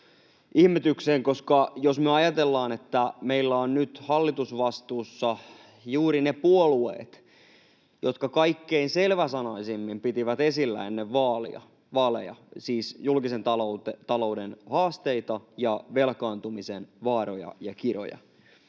Jos me ajatellaan, niin meillä ovat nyt hallitusvastuussa juuri ne puolueet, jotka siis kaikkein selväsanaisimmin pitivät esillä ennen vaaleja julkisen talouden haasteita ja velkaantumisen vaaroja ja kiroja.